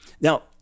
now